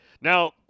Now